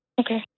Okay